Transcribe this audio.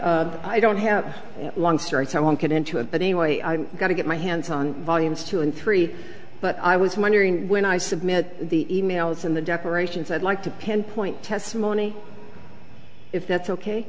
wondering i don't have long straights i won't get into it but anyway i got to get my hands on volumes two and three but i was wondering when i submit the emails in the decorations i'd like to pinpoint testimony if that's ok